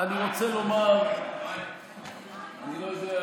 עכשיו אני רוצה לומר, אני לא יודע